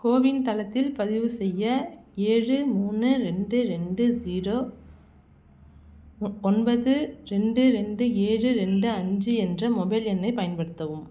CoWIN தளத்தில் பதிவு செய்ய ஏழு மூணு ரெண்டு ரெண்டு ஜீரோ ஒ ஒன்பது ரெண்டு ரெண்டு ஏழு ரெண்டு அஞ்சு என்ற மொபைல் எண்ணைப் பயன்படுத்தவும்